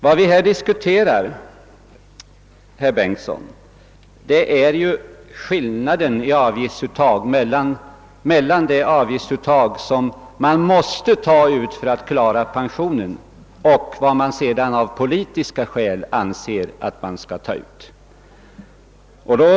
Vad vi diskuterar, herr Bengtsson i Varberg, är skillnaden mellan vad man måste ta ut i avgift för att klara pensionerna och vad man av politiska skäl anser bör tas ut.